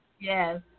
Yes